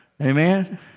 amen